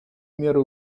меры